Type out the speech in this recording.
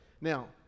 now